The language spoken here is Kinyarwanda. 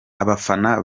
abafana